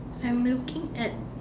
I'm looking at